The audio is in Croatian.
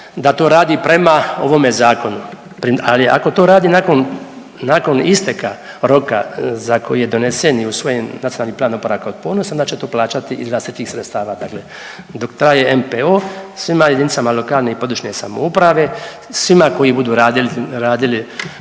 da to radi prema ovome zakonu. Ali ako to radi nakon isteka roka za koji je donesen i usvojen NPOO onda će to plaćati iz vlastitih sredstava. Dok traje NPOO svima jedinicama lokalne i područne samouprave, svima koji budu radili